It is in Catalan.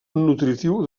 nutritiu